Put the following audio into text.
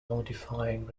modifying